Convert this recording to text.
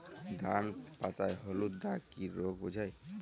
ধান পাতায় হলুদ দাগ কি রোগ বোঝায়?